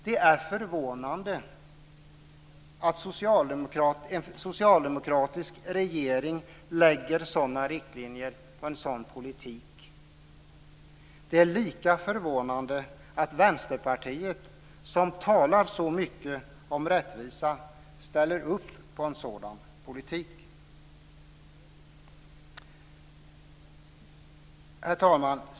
Det är förvånande att en socialdemokratisk regering lägger sådana riktlinjer och en sådan politik. Det är lika förvånande att Vänsterpartiet, som talar så mycket om rättvisa, ställer upp på en sådan politik. Herr talman!